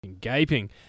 Gaping